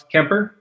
Kemper